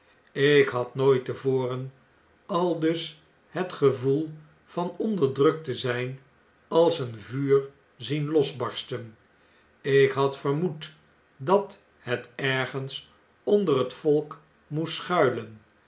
ik had nooit te voren aldus het gevoel van onderdrukt te zn'n als een vuur zien losbarsten ik had vermoed dat het ergens onder het volk moest schuilen